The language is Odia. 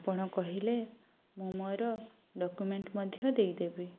ଆପଣ କହିଲେ ମୁଁ ମୋର ଡକ୍ୟୁମେଣ୍ଟ ମଧ୍ୟ ଦେଇଦେବି